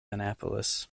annapolis